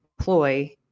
ploy